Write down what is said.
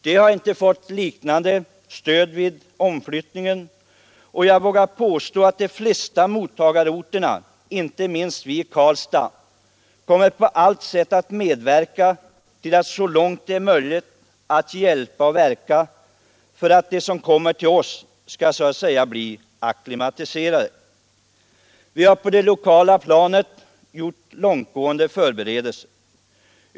De har inte fått liknande stöd vid omflyttningen, och jag vågar påstå att man på de flesta mottagarorterna, inte minst i Karlstad, kommer att på allt sätt merverka till att de som kommer till oss skall så att säga bli acklimatiserade. Vi har på det lokala planet gjort långtgående förberedelser.